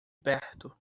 perto